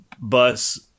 bus